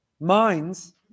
minds